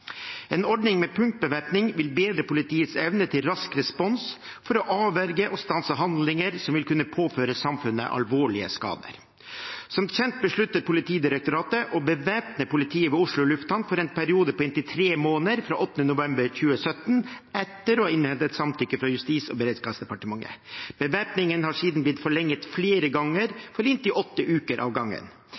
En ordning med punktbevæpning vil bedre politiets evne til rask respons for å avverge og stanse handlinger som vil kunne påføre samfunnet alvorlige skader. Som kjent besluttet Politidirektoratet å bevæpne politiet ved Oslo lufthavn for en periode på inntil tre måneder fra 8. november 2017, etter å ha innhentet samtykke fra Justis- og beredskapsdepartementet. Bevæpningen er siden blitt forlenget flere ganger med inntil åtte uker om gangen.